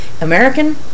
American